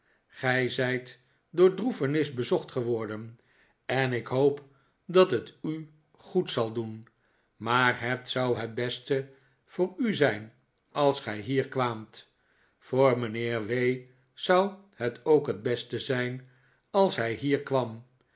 zijt door droefenis bezocht geworden en ik hoop dat het u goed zal doen maar het zou het beste voor u zijn als gij hier kwaamt voor mijnheer w zou het ook het beste zijn als hij hier kwam